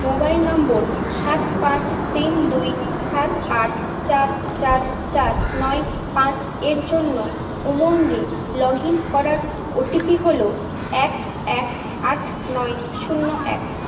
mobile number সাত পাঁচ তিন দুই সাত আট চার চার চার নয় পাঁচ এর জন্য উমঙ্গে লগইন করার ওটিপি হলো এক এক আট নয় শূন্য এক